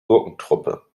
gurkentruppe